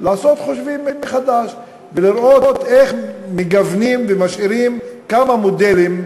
לעשות חושבים מחדש ולראות איך מגוונים ומשאירים כמה מודלים.